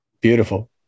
Beautiful